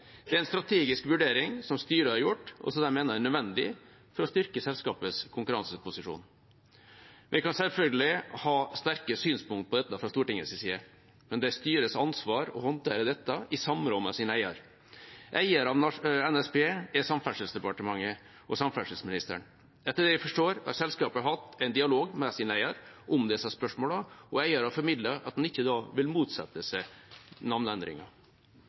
Det er en strategisk vurdering som styret har gjort, og som de mener er nødvendig for å styrke selskapets konkurranseposisjon. Vi kan selvfølgelig ha sterke synspunkt på dette fra Stortingets side, men det er styrets ansvar å håndtere dette i samråd med sin eier. Eieren av NSB er Samferdselsdepartementet og samferdselsministeren. Etter det jeg forstår, har selskapet hatt en dialog med sin eier om disse spørsmålene, og eieren har formidlet at han ikke vil motsette seg